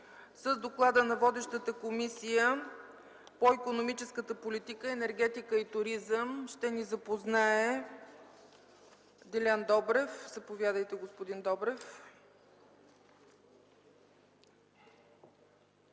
С доклада на водещата Комисията по икономическата политика, енергетика и туризъм ще ни запознае Делян Добрев. Заповядайте, господин Добрев.